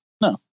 No